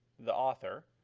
the author,